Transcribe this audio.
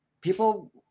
people